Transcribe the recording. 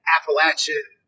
Appalachian